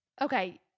Okay